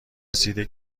رسیده